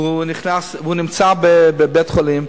והוא נמצא בבית-החולים,